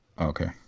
Okay